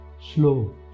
slow